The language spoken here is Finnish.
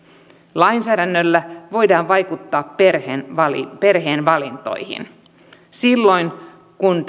lainsäädännöllä voidaan vaikuttaa perheen valintoihin kun